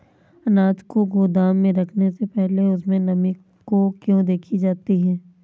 अनाज को गोदाम में रखने से पहले उसमें नमी को क्यो देखी जाती है?